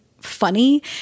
funny